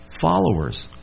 followers